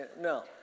No